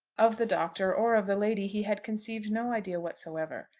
of the doctor or of the lady he had conceived no idea whatsoever.